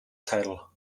title